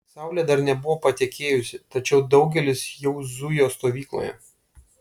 saulė dar nebuvo patekėjusi tačiau daugelis jau zujo stovykloje